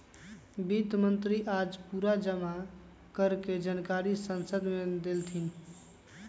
वित्त मंत्री आज पूरा जमा कर के जानकारी संसद मे देलथिन